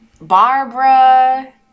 Barbara